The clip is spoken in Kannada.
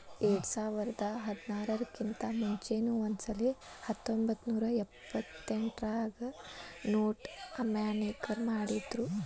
ಎರ್ಡ್ಸಾವರ್ದಾ ಹದ್ನಾರರ್ ಕಿಂತಾ ಮುಂಚೆನೂ ಒಂದಸಲೆ ಹತ್ತೊಂಬತ್ನೂರಾ ಎಪ್ಪತ್ತೆಂಟ್ರಾಗ ನೊಟ್ ಅಮಾನ್ಯೇಕರಣ ಮಾಡಿದ್ರು